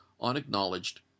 unacknowledged